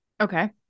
Okay